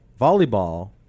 volleyball